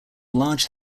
large